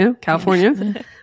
California